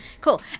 Cool